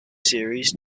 series